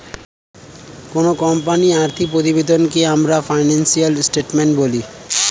কোনো কোম্পানির আর্থিক প্রতিবেদনকে আমরা ফিনান্সিয়াল স্টেটমেন্ট বলি